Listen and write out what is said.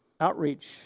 Outreach